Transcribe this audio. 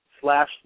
slash